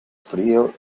frío